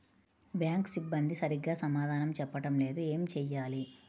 Bank సిబ్బంది సరిగ్గా సమాధానం చెప్పటం లేదు ఏం చెయ్యాలి?